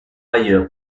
ailleurs